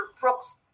Brooks